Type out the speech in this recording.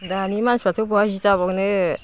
दानि मानसिफ्राथ' बहा जि दाबावनो